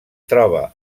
troba